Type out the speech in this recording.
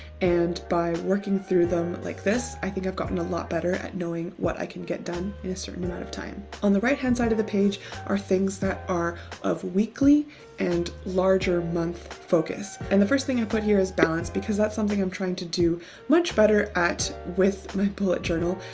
and by working through them like this, i think i've gotten a lot better at knowing what i can get done in a certain amount of time. on the right-hand side of the page are things that are of weekly and larger month focus. and the first thing i put here is balance, because that's something i'm trying to do much better at with my bullet journal.